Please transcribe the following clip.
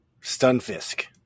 Stunfisk